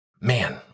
Man